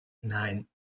nein